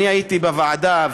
אני הייתי בוועדה,